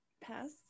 Pass